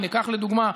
קח לדוגמה,